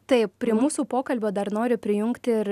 taip prie mūsų pokalbio dar noriu prijungti ir